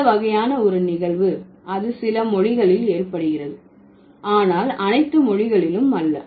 இந்த வகையான ஒரு நிகழ்வு அது சில மொழிகளில் ஏற்படுகிறது ஆனால் அனைத்து மொழிகளிலும் அல்ல